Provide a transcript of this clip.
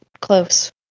close